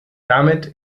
damit